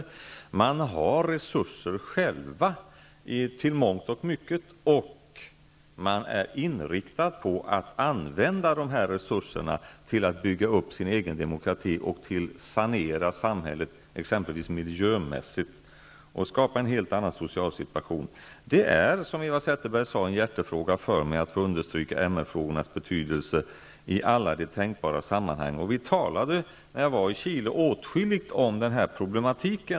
Till mångt och mycket har de själva resurser, och man är inriktad på att använda dessa resurser till att bygga upp sin demokrati, sanera samhället exempelvis miljömässigt och skapa en helt annan social situation. Som Eva Zetterberg sade är det för mig en hjärtefråga att få understryka MR-frågornas betydelse i alla tänkbara sammanhang. När jag var i Chile talade vi åtskilligt om denna problematik.